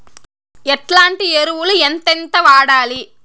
ఎట్లాంటి ఎరువులు ఎంతెంత వాడాలి?